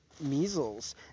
measles